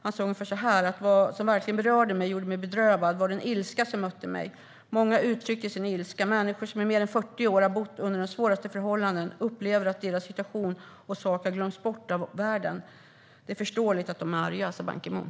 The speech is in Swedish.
Han sa ungefär så här: Vad som verkligen berörde mig och gjorde mig bedrövad var den ilska som mötte mig. Många uttrycker sin ilska. Människor som i mer än 40 år har bott under de svåraste förhållanden upplever att deras situation och sak har glömts bort av världen. Det är förståeligt att de är arga. Det sa Ban Ki Moon.